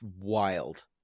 wild